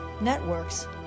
networks